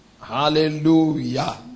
Hallelujah